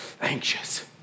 anxious